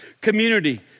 community